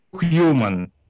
human